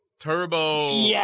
Turbo